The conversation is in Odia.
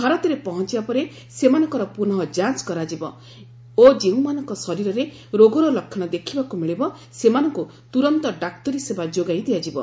ଭାରତରେ ପହଞ୍ଚିବା ପରେ ସେମାନଙ୍କର ପୁନଃ ଯାଞ୍ଚ କରାଯିବ ଓ ଯେଉଁମାନଙ୍କ ଶରୀରରେ ରୋଗର ଲକ୍ଷ୍ୟଣ ଦେଖିବାକୁ ମିଳିବ ସେମାନଙ୍କୁ ତୁରନ୍ତ ଡାକ୍ତରୀ ସେବା ଯୋଗାଇ ଦିଆଯିବ